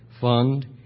Fund